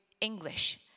English